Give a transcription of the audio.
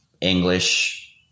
English